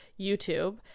YouTube